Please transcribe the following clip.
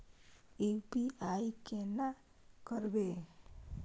UPI केना करबे?